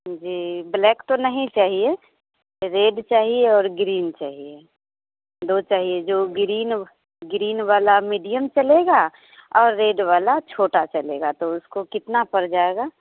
जी black तो नहीं चाहिए रेड चाहिए और ग्रीन चाहिए दो चाहिए जो ग्रीन ग्रीन वाला मीडियम चलेगा और रेड वाला छोटा चलेगा तो उसको कितना पड़ जाएगा